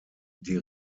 die